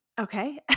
okay